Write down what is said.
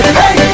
hey